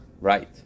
Right